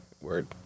word